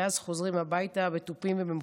ואז חוזרים הביתה בתופים ובמחולות.